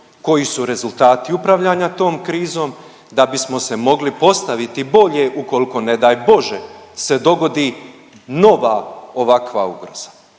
koji su rezultati upravljanja tom krizom da bismo se mogli postaviti bolje ukolko ne daj Bože, se dogodi nova ovakva ugroza.